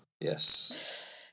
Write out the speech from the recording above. Yes